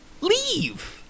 leave